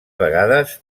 vegades